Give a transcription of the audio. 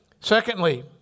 Secondly